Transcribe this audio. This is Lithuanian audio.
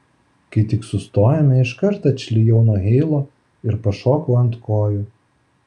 kai tik sustojome iškart atšlijau nuo heilo ir pašokau ant kojų